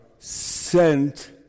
Sent